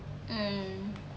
mm